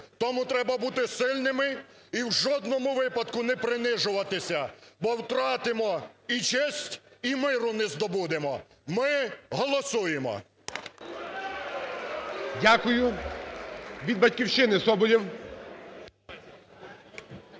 Тому треба бути сильними, і в жодному випадку не принижуватися, бо втратимо і честь, і миру не здобудемо. Ми голосуємо! ГОЛОВУЮЧИЙ. Дякую. Від "Батьківщини" Соболєв.